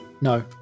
No